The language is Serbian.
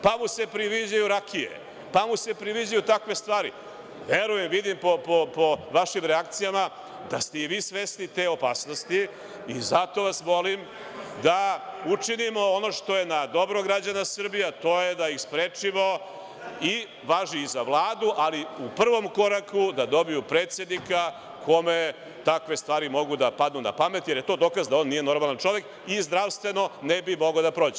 Pa mu se priviđaju rakije, pa mu se priviđaju takve stvari, pa vidim po vašim reakcijama da ste i vi svesni te opasnosti i zato vas molim da učinimo ono što je na dobro građana Srbije, a to je da ih sprečimo i važi i za Vladu, ali u prvom koraku da dobiju predsednika kome takve stvari mogu da padnu na pamet, jer je to dokaz da on nije normalan čovek i zdravstveno ne bi mogao da prođe.